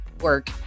work